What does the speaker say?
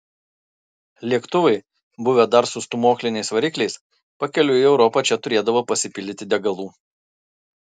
lėktuvai buvę dar su stūmokliniais varikliais pakeliui į europą čia turėdavo pasipildyti degalų